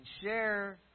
share